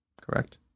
Correct